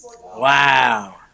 Wow